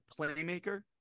playmaker